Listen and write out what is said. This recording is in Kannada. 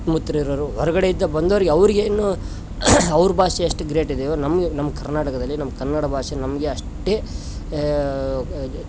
ಸುತ್ತ ಮುತ್ತ ಇರೋರು ಹೊರಗಡೆಯಿಂದ ಬಂದವರಿಗೆ ಅವರಿಗೇನು ಅವ್ರ ಭಾಷೆ ಎಷ್ಟು ಗ್ರೇಟ್ ಇದೆಯೋ ನಮಗೆ ನಮ್ಮ ಕರ್ನಾಟಕದಲ್ಲಿ ನಮ್ಮ ಕನ್ನಡ ಭಾಷೆ ನಮಗೆ ಅಷ್ಟೇ